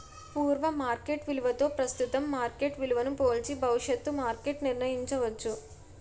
పూర్వ మార్కెట్ విలువతో ప్రస్తుతం మార్కెట్ విలువను పోల్చి భవిష్యత్తు మార్కెట్ నిర్ణయించవచ్చు